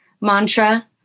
mantra